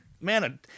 Man